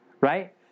Right